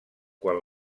quan